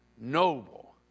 noble